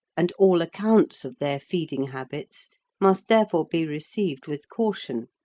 and all accounts of their feeding habits must therefore be received with caution,